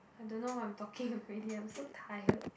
I don't know what I'm talking already I'm so tired